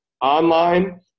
Online